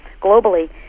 globally